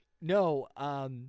No